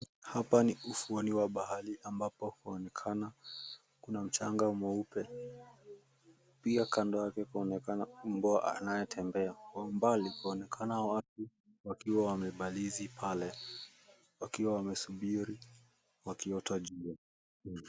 Hapa ni ufuoni mwa bahari ambapo mnaonekana kuna mchanga mweupe, pia kando yake kunaonekana mbwa anayetembea. Mbali mnaonekana watu wakiwa wamebarizi pale, wakiwa wamesubiri wakiota jua ya jioni.